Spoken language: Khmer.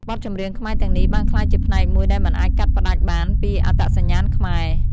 បទចម្រៀងខ្មែរទាំងនេះបានក្លាយជាផ្នែកមួយដែលមិនអាចកាត់ផ្តាច់បានពីអត្តសញ្ញាណខ្មែរ។